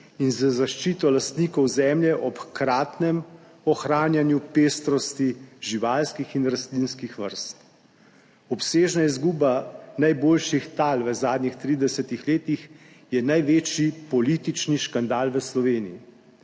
in z zaščito lastnikov zemlje ob hkratnem ohranjanju pestrosti živalskih in rastlinskih vrst. Obsežna izguba najboljših tal v zadnjih 30. letih je največji politični škandal v Sloveniji.